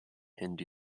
hindu